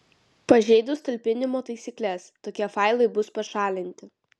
pažeidus talpinimo taisykles tokie failai bus pašalinti